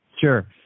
Sure